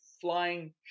flying